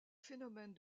phénomène